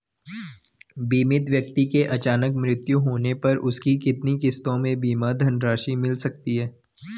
बीमित व्यक्ति के अचानक मृत्यु होने पर उसकी कितनी किश्तों में बीमा धनराशि मिल सकती है?